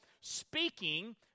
speaking